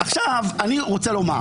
עכשיו, אני רוצה לומר